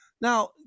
now